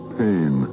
pain